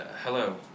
hello